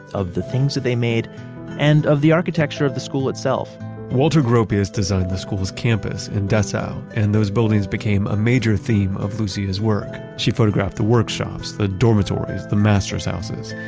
of the things that they made and of the architecture of the school itself walter gropius designed the school's campus in dessau, and those buildings became a major theme of lucia's work. she photographed the workshops, the dormitories, the masters houses.